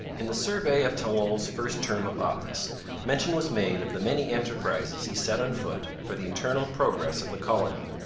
in the survey of talon's first term of office mention was made of the many enterprises he set on foot for the internal progress of the colony.